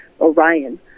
Orion